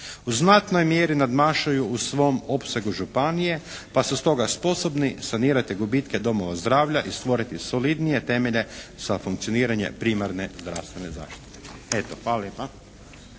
u znatnoj mjeri nadmašuju u svom opsegu županije pa su stoga sposobni sanirati gubitke domova zdravlja i stvoriti solidnije temelje za funkcioniranje primarne zdravstvene zaštite. Hvala lijepa.